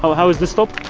how is the stop?